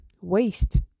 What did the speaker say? waste